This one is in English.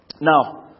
Now